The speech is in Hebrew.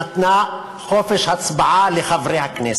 הממשלה נתנה חופש הצבעה לחברי הכנסת.